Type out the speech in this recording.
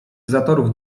zatorów